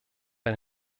bei